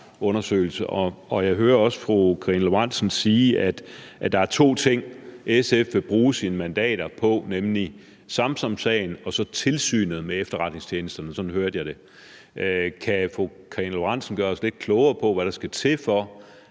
og jeg hører også fru Karina Lorentzen Dehnhardt sige, at der er to ting, SF vil bruge sine mandater på, nemlig Samsamsagen og så tilsynet med efterretningstjenesterne. Sådan hørte jeg det. Kan fru Karina Lorentzen Dehnhardt gøre os lidt klogere på, hvad der skal til, for